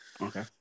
Okay